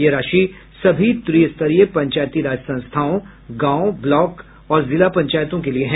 यह राशि सभी त्रि स्तरीय पंचायत राज संस्थाओं गांव ब्लॉक और जिला पंचायतों के लिए है